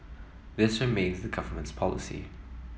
this remains the government's policy